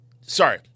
Sorry